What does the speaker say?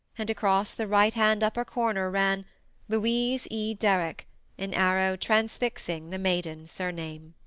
and across the right-hand upper corner ran louise e. derrick an arrow transfixing the maiden surname.